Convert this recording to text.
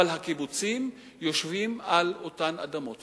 אבל הקיבוצים יושבים על אותן אדמות.